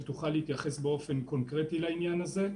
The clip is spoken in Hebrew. היא גם תוכל להתייחס באופן קונקרטי לעניין הזה.